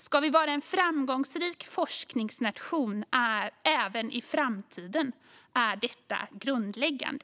Ska vi vara en framgångsrik forsknings-nation även i framtiden är detta grundläggande.